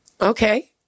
Okay